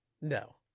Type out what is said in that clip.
No